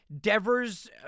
Devers